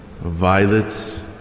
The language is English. Violets